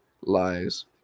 lies